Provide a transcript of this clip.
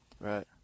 Right